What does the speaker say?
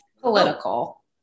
Political